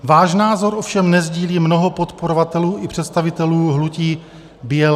Váš názor ovšem nesdílí mnoho podporovatelů i představitelů hnutí BLM.